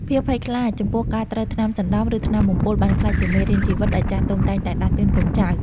ភាពភ័យខ្លាចចំពោះការត្រូវថ្នាំសណ្ដំ ឬថ្នាំបំពុលបានក្លាយជាមេរៀនជីវិតដែលចាស់ទុំតែងតែដាស់តឿនកូនចៅ។